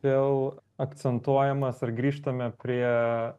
vėl akcentuojamas ar grįžtame prie